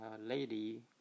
Lady